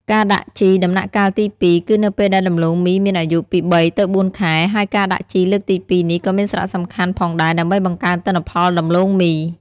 ការដាក់ជីដំណាក់កាលទី២ គឺនៅពេលដែលដំឡូងមីមានអាយុពី ៣ ទៅ ៤ ខែ ហើយការដាក់ជីលើកទីពីរនេះក៏មានសារៈសំខាន់ផងដែរ ដើម្បីបង្កើនទិន្នផលដំឡូងមី។